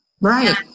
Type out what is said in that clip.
Right